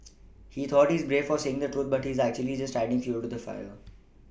he thought he's brave for saying the truth but he's actually just adding fuel to the fire